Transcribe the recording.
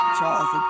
Charles